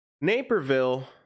Naperville